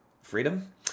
freedom